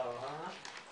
(היו"ר רם שפע)